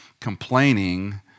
complaining